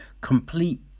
complete